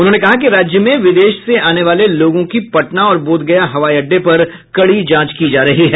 उन्होंने कहा कि राज्य में विदेश से आने वाले लोगों की पटना और बोधगया हवाई अड़डे पर कड़ी जांच की जा रही है